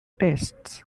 tastes